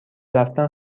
رفتن